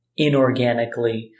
inorganically